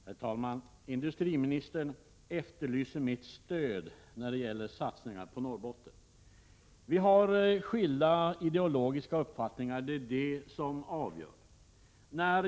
medel för utveckling Herr talman! Industriministern efterlyser mitt stöd när det gäller satsningoch expansion ar på Norrbotten. Vi har skilda ideologiska uppfattningar. Det är det som avgör.